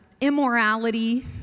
immorality